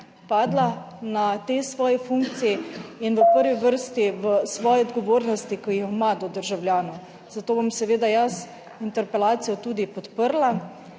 padla na tej svoji funkciji in v prvi vrsti v svoji odgovornosti, ki jo ima do državljanov. Zato bom seveda jaz interpelacijo tudi podprla,